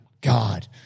God